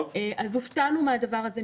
הופתענו מהדבר הזה,